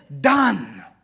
done